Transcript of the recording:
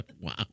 Wow